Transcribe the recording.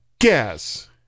Gas